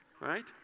Right